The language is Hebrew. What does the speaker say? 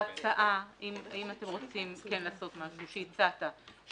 אם אתם רוצים לעשות משהו שכן הצעת,